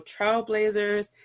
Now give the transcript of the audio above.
trailblazers